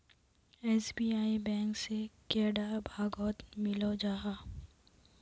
SBI bank से कैडा भागोत मिलोहो जाहा?